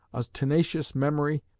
a tenacious memory,